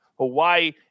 Hawaii